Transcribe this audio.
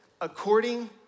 according